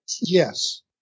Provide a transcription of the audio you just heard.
Yes